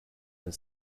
been